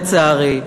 לצערי,